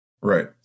right